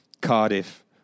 Cardiff